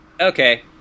Okay